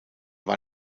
war